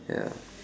ya